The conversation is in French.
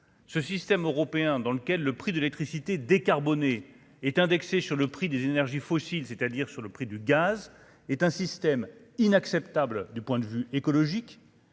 ce système européen dans lequel le prix de l'électricité décarbonés est indexé sur le prix des énergies fossiles, c'est-à-dire sur le prix du gaz est un système inacceptable du point de vue écologique.